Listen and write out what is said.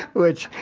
which,